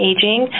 Aging